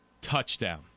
Touchdown